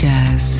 Jazz